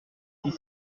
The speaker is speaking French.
six